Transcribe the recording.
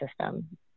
system